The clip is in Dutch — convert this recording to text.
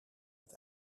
het